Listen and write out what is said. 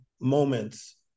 moments